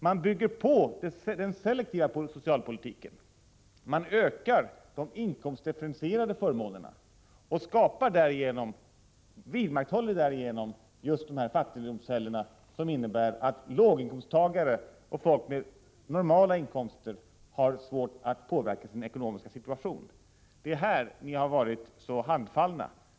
Man bygger på den selektiva socialpolitiken. Man ökar de inkomstdifferentierade förmånerna och vidmakthåller därigenom just fattigdomsfällan, som innebär att låginkomsttagare och folk med normala inkomster har svårt att påverka sin ekonomiska situation. Det är här ni har varit så handfallna.